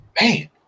Man